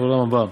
לעולם הבא,